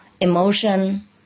emotion